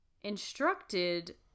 instructed